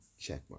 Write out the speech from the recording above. checkmark